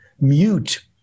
mute